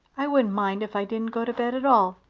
i wouldn't mind if i didn't go to bed at all.